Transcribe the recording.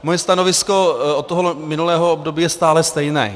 Moje stanovisko od minulého období je stále stejné.